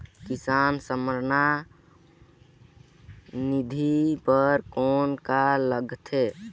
किसान सम्मान निधि बर कौन का लगथे?